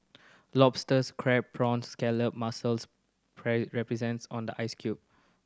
lobsters crab prawns scallop mussels resents on the ice cute